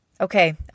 Okay